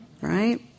right